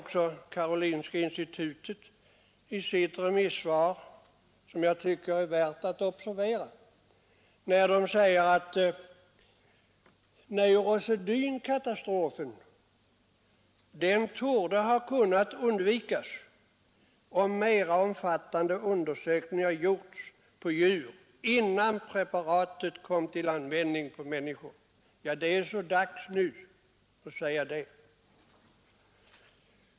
Karolinska institutet säger också i sitt remissvar, som jag tycker är värt att observera, att neurosedynkatastrofen torde ha kunnat undvikas om mera omfattande undersökningar gjorts på djur innan preparatet kom till användning på människor. Ja, det är så dags nu att säga det.